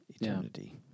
eternity